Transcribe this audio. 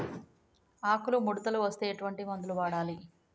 ఆకులు ముడతలు వస్తే ఎటువంటి మందులు వాడాలి?